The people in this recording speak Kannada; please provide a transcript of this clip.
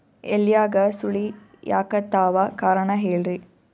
ಎಲ್ಯಾಗ ಸುಳಿ ಯಾಕಾತ್ತಾವ ಕಾರಣ ಹೇಳ್ರಿ?